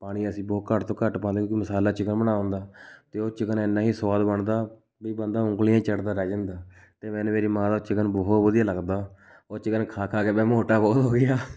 ਪਾਣੀ ਅਸੀਂ ਬਹੁਤ ਘੱਟ ਤੋਂ ਘੱਟ ਪਾਉਂਦੇ ਕਿਉਂਕਿ ਮਸਾਲਾ ਚਿਕਨ ਬਣਾਉਣ ਦਾ ਅਤੇ ਉਹ ਚਿਕਨ ਇੰਨਾ ਹੀ ਸੁਆਦ ਬਣਦਾ ਵੀ ਬੰਦਾ ਉਂਗਲੀਆਂ ਹੀ ਚੱਟਦਾ ਰਹਿ ਜਾਂਦਾ ਅਤੇ ਮੈਨੂੰ ਮੇਰੀ ਮਾਂ ਦਾ ਚਿਕਨ ਬਹੁਤ ਵਧੀਆ ਲੱਗਦਾ ਉਹ ਚਿਕਨ ਖਾ ਖਾ ਕੇ ਮੈਂ ਮੋਟਾ ਬਹੁਤ ਹੋ ਗਿਆ